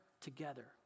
together